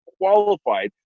qualified